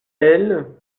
elles